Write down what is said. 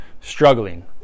struggling